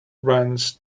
runs